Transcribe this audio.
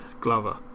Glover